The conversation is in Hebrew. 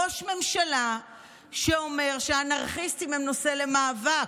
ראש הממשלה אומר שהאנרכיסטים הם נושא למאבק.